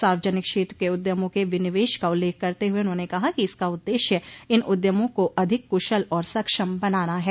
सार्वजनिक क्षेत्र के उद्यमों के विनिवेश का उल्लेख करते हुए उन्होंने कहा कि इसका उद्देश्य इन उद्यमों को अधिक कुशल और सक्षम बनाना है